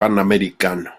panamericano